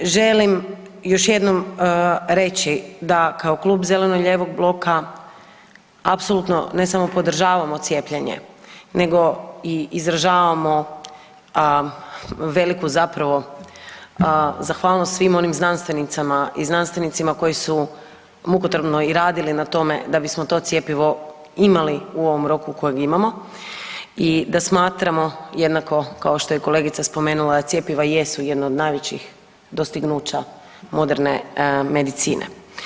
Želim još jednom reći da kao Klub zeleno-lijevog bloka apsolutno ne samo podržavamo cijepljenje nego izražavamo veliku zapravo zahvalnost svim onim znanstvenicama i znanstvenicima koji su mukotrpno i radili na tome da bismo to cjepivo imali u ovom roku u kojem imamo i da smatramo jednako kao što je i kolegica spomenula da cjepiva i jesu jedna od najvećih dostignuća moderne medicine.